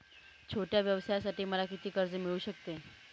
छोट्या व्यवसायासाठी मला किती कर्ज मिळू शकते?